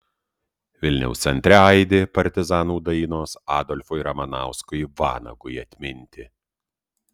vilniaus centre aidi partizanų dainos adolfui ramanauskui vanagui atminti